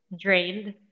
drained